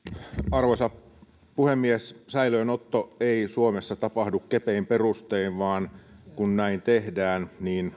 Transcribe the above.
arvoisa puhemies säilöönotto ei suomessa tapahdu kepein perustein vaan kun näin tehdään